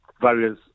various